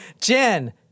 Jen